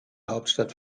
hauptstadt